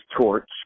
torch